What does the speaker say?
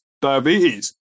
diabetes